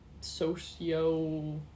socio